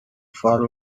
far